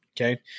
Okay